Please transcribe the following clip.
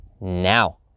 now